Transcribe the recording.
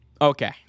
Okay